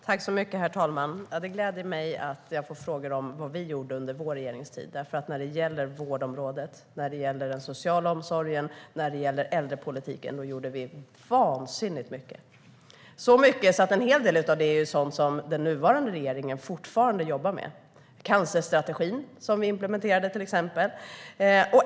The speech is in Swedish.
Herr talman! Det gläder mig att jag får frågor om vad vi gjorde under vår regeringstid. När det gäller vårdområdet, när det gäller den sociala omsorgen och när det gäller äldrepolitiken gjorde vi vansinnigt mycket. Vi gjorde så mycket att en hel del av det är sådant som den nuvarande regeringen fortfarande jobbar med. Det gäller cancerstrategin, som vi implementerade, till exempel.